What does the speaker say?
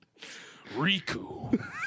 Riku